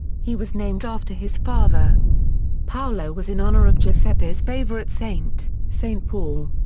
he was named after his father paolo was in honor of giuseppe's favorite saint, saint paul.